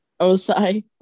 Osai